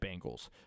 Bengals